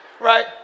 Right